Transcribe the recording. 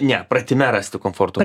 ne pratime rasti komforto